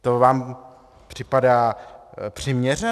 To vám připadá přiměřené?